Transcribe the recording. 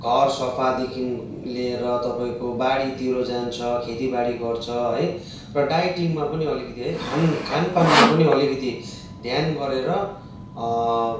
घर सफादेखिन् लिएर तपाईँको बारीतिर जान्छ खेतिबारी गर्छ है र डाइटिङमा पनि अलिकति है खान खानपानमा पनि अलिकति ध्यान गरेर